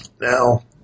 now